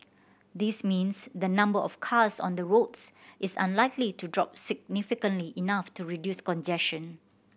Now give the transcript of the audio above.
this means the number of cars on the roads is unlikely to drop significantly enough to reduce congestion